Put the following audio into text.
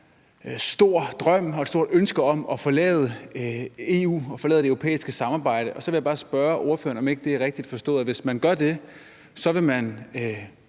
stor drøm og et stort ønske om at forlade EU og forlade det europæiske samarbejde, og så vil jeg bare spørge ordføreren, om ikke det er rigtigt forstået, at hvis man gør det, vil man